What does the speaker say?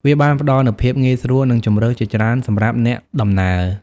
វាបានផ្ដល់នូវភាពងាយស្រួល និងជម្រើសជាច្រើនសម្រាប់អ្នកដំណើរ។